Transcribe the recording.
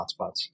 hotspots